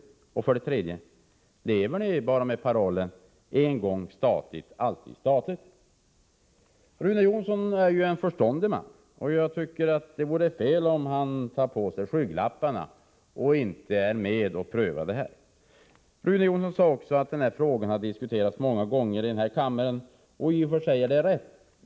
Lever ni för det tredje bara med parollen: en gång statligt, alltid statligt? Rune Jonsson är ju en förståndig man, och det vore fel av honom att ta på sig skygglapparna och inte vara med och pröva detta. Rune Jonsson sade också att dessa frågor har diskuterats många gånger i den här kammaren, och det är i och för sig riktigt.